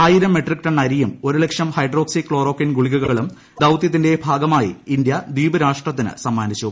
ആയിരം metric tonne അരിയും ഒരു ലക്ഷം ഹൈഡ്രോക്സി ക്ലോറോക്വീൻ ഗുളികകളും ദൌത്യത്തിന്റെ ഭാഗമായി ഇന്ത്യ ദ്വീപ് രാഷ്ട്രത്തിന് സമ്മാനിച്ചു